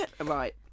Right